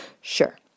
Sure